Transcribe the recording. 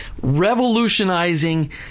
revolutionizing